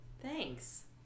thanks